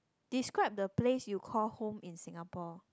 describe the place you call home in Singapore